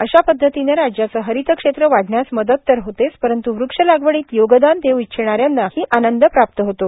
अशा पदधतीनं राज्याचं हरित क्षेत्र वाढण्यास मदत तर होतेच परंतू वृक्षलागवडीत योगदान देऊ इच्छिणाऱ्यांनाही आनंद प्राप्त होतो